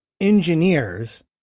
engineers